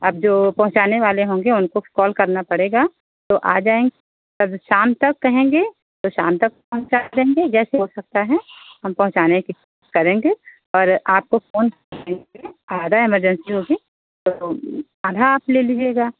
आप जो पहुँचाने वाले होंगे उनको कॉल करना पड़ेगा तो आ जाएंगे तब शाम तक कहेंगे तो शाम तक पहुँचा देंगे जैसे हो सकता है हम पहुँचाने के करेंगे और आपको फ़ोन आधा ईमर्जेंसी होगी तो आधा आप ले लीजिएगा